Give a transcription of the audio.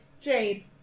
Jade